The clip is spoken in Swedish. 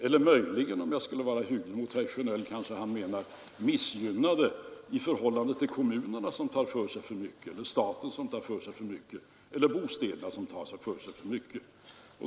Eller — om jag skulle vara hygglig mot herr Sjönell — kanske han menar missgynnade i förhållande till kommunerna som tar för sig för mycket, eller till staten eller bostäderna som också tar för sig för mycket.